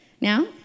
now